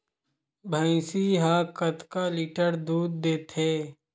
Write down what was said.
भंइसी हा कतका लीटर दूध देथे?